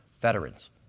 Veterans